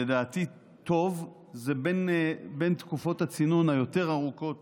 לדעתי טוב, זה בין תקופות הצינון היותר-ארוכות